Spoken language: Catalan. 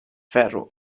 ferro